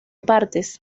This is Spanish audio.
partes